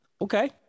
Okay